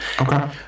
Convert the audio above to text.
okay